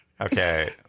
Okay